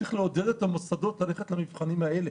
צריך לעודד את המוסדות ללכת למבחנים האלה.